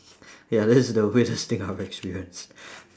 ya that's the weirdest thing I've experienced